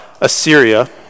Assyria